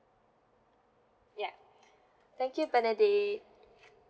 yup thank you bernadette